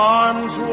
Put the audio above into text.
arms